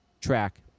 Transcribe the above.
track